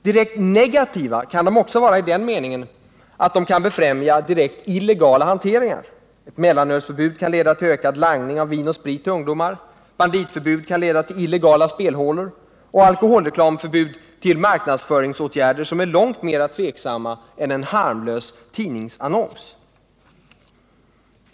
Direkt negativa kan de också vara i den meningen att de kan befrämja helt illegala hanteringar. Ett mellanölsförbud kan leda till ökad langning av vin och sprit till ungdomar, banditförbud kan leda till illegala spelhålor, och alkoholreklamförbud kan leda till marknadsföringsåtgärder som är långt mera tveksamma än en harmlös tidningsannons.